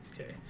Okay